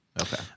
Okay